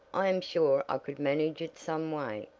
i am sure i could manage it some way.